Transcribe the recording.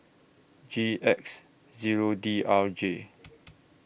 G X Zero D R J